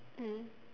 mm